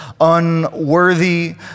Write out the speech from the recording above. unworthy